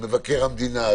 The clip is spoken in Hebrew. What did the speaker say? מבקר המדינה,